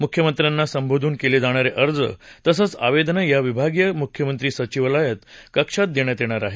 मुख्यमंत्र्यांना संबोधून केले जाणारे अर्ज तसंच निवेदनं या विभागीय मुख्यमंत्री सचिवालय कक्षात देता येणार आहेत